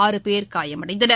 ஆறு பேர் காயமடைந்தனர்